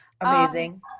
amazing